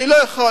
אני לא יכול.